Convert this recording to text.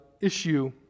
issue